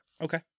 Okay